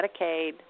Medicaid